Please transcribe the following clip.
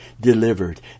delivered